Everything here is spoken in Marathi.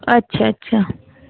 अच्छा अच्छा